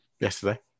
Yesterday